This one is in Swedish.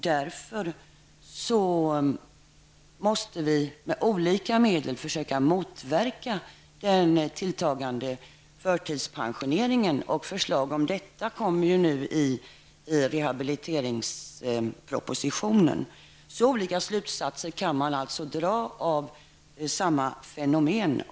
Därför måste vi med olika medel försöka motverka den tilltagande förtidspensioneringen, och förslag om detta kommer nu i rehabiliteringspropositionen. Så olika slutsatser kan man alltså dra av samma fenomen.